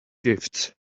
gifts